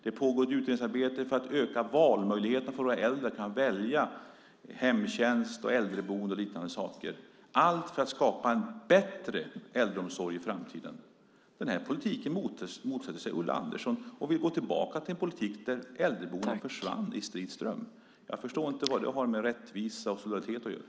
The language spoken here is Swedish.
Det pågår ett utredningsarbete för att öka möjligheten för våra äldre att välja hemtjänst, äldreboende och liknande saker. Allt detta är för att skapa en bättre äldreomsorg i framtiden. Den här politiken motsätter sig Ulla Andersson, och hon vill gå tillbaka till en politik där äldreboenden försvann i strid ström. Jag förstår inte vad det har med rättvisa och solidaritet att göra.